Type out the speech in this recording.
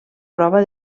prova